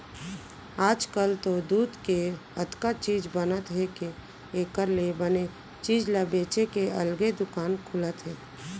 आजकाल तो दूद के अतका चीज बनत हे के एकर ले बने चीज ल बेचे के अलगे दुकान खुलत हे